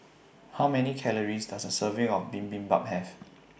How Many Calories Does A Serving of Bibimbap Have